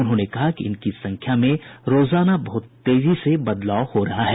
उन्होंने कहा कि इनकी संख्या में रोजाना बहुत तेजी से बदलाव हो रहा है